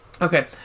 Okay